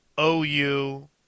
OU